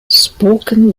spoken